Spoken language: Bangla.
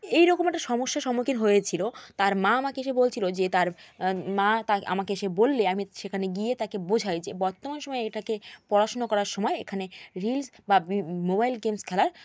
এইরকম একটা সমস্যার সম্মুখীন হয়েছিল তার মা আমাকে এসে বলছিলো যে তার মা আমাকে এসে বললে আমি সেখানে গিয়ে তাকে বোঝাই যে বর্তমান সময়ে এটাকে পড়াশুনো করার সময় এখানে রিলস বা মোবাইল গেমস খেলার